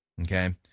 Okay